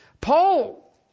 Paul